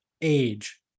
age